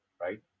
right